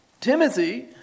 Timothy